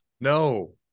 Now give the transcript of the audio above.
No